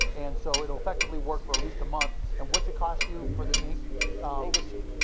and so it'll effectively work for at least a month. and what's it cost you for the ink? ink is cheap.